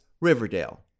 Riverdale